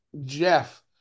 Jeff